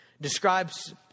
describes